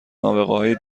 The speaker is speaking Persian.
نابغههای